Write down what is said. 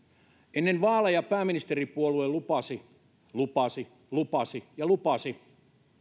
ennen vaaleja pääministeripuolue lupasi lupasi lupasi ja lupasi